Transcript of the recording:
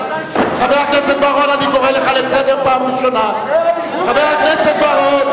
(חברת הכנסת אורית זוארץ יוצאת מאולם המליאה.) חבר הכנסת בר-און,